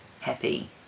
happy